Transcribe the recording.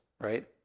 right